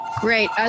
Great